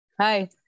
Hi